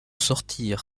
sortir